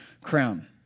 crown